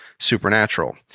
Supernatural